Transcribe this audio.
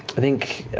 i think